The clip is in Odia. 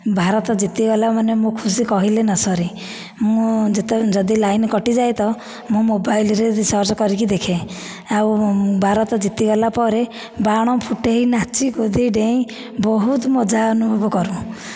ଭାରତ ଜିତିଗଲାମାନେ ମୋ ଖୁସି କହିଲେ ନ ସରେ ମୁଁ ଯେତବେଳେ ଯଦି ଲାଇନ କଟିଯାଏ ତ ମୁଁ ମୋବାଇଲରେ ସର୍ଚ୍ଚ କରିକି ଦେଖେ ଆଉ ଭାରତ ଜିତିଗଲା ପରେ ବାଣ ଫୁଟେଇ ନାଚି କୁଦି ଡେଇଁ ବହୁତ ମଜା ଅନୁଭବ କରୁ